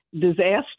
disaster